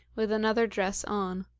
with another dress on.